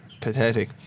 pathetic